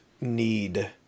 need